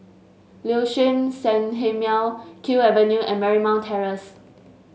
Liuxun Sanhemiao Kew Avenue and Marymount Terrace